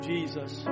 Jesus